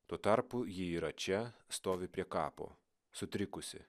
tuo tarpu ji yra čia stovi prie kapo sutrikusi